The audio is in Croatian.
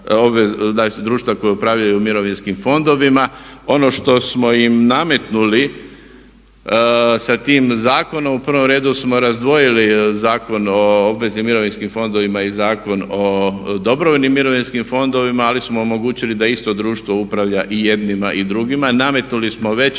koja upravljaju mirovinskim fondovima. Ono što smo im nametnuli sa tim zakonom, u prvom redu smo razdvojili Zakon o obveznim mirovinskim fondovima i Zakon o dobrovoljnim mirovinskim fondovima ali smo omogućili da isto društvo upravlja i jednima i drugima. Nametnuli smo veće